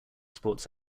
sports